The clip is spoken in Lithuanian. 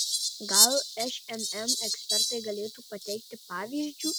gal šmm ekspertai galėtų pateikti pavyzdžių